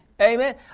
Amen